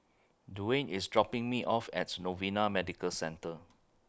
Dwane IS dropping Me off At Novena Medical Centre